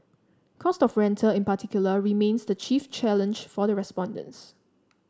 cost of rental in particular remains the chief challenge for the respondents